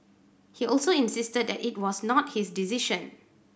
he also insisted that it was not his decision